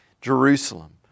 Jerusalem